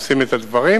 עושים את הדברים,